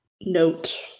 note